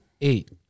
eight